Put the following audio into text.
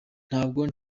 ntabwo